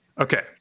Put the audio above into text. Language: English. Okay